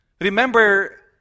remember